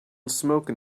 smoking